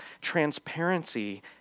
Transparency